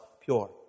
pure